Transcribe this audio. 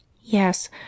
Yes